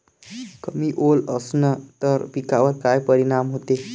कमी ओल असनं त पिकावर काय परिनाम होते?